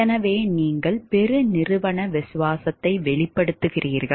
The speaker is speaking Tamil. எனவே நீங்கள் பெருநிறுவன விசுவாசத்தை வெளிப்படுத்துகிறீர்கள்